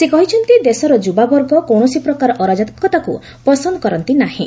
ସେ କହିଛନ୍ତି ଦେଶର ଯୁବାବର୍ଗ କୌଣସି ପ୍ରକାର ଅରାଜକତାକୁ ପସନ୍ଦ କରନ୍ତି ନାହିଁ